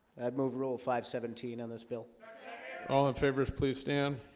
i'd move rule five seventeen on this bill all in favor, please stand